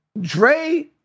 Dre